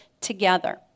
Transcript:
together